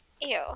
Ew